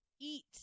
eat